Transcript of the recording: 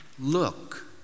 Look